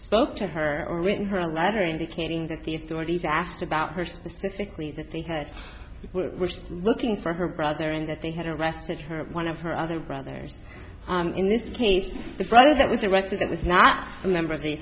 spoke to her or written her a letter indicating that the authorities asked about her specific reasons because we're looking for her brother and that they had arrested her one of her other brothers in this case the brother that was arrested that was not a member of the